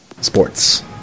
Sports